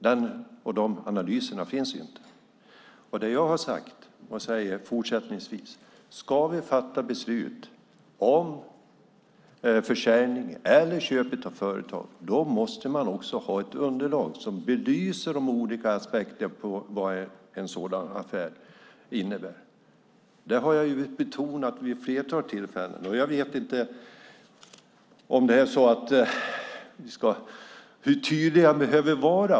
De analyserna finns inte. Det jag har sagt och fortsättningsvis säger är: Ska vi fatta beslut om försäljning eller köp av företag måste vi också ha ett underlag som belyser de olika aspekterna på vad en sådan affär innebär. Det har jag betonat vid ett flertal tillfällen. Jag vet inte hur tydlig jag behöver vara.